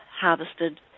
harvested